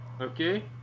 Okay